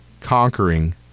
conquering